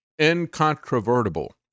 incontrovertible